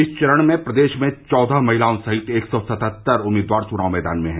इस चरण में प्रदेश में चौदह महिलाओं सहित एक सौ सतहत्तर उम्मीदवार चुनाव मैदान में हैं